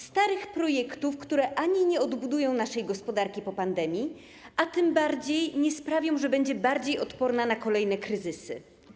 Starych projektów, które ani nie odbudują naszej gospodarki po pandemii, a tym bardziej nie sprawią, że będzie bardziej odporna na kolejne kryzysy.